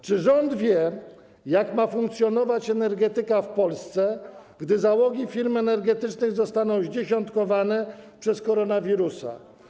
Czy rząd wie, jak ma funkcjonować energetyka w Polsce, gdy załogi firm energetycznych zostaną zdziesiątkowane przez koronawirusa?